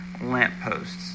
lampposts